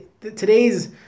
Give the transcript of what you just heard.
today's